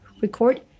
Record